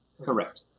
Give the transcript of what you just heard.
Correct